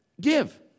give